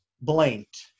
blinked